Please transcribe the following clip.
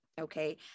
Okay